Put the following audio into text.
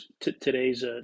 today's